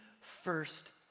first